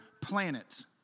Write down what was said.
planet